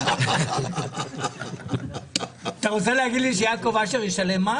אתה רוצה להגיד לי שיעקב אשר ישלם מס?